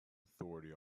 authority